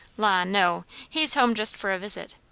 la! no. he's home just for a visit.